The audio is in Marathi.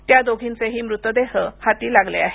त्या दोघींचेही मृतदेह हाती लागले आहेत